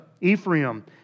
Ephraim